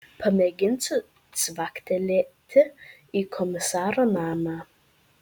pamėginsiu cvaktelėti į komisaro namą